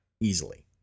Easily